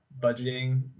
budgeting